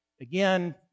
again